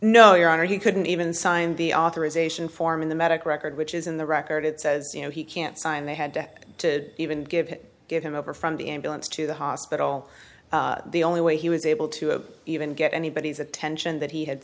no your honor he couldn't even sign the authorization form in the medical record which is in the record it says you know he can't sign they had to even give it give him over from the ambulance to the hospital the only way he was able to have even get anybody's attention that he had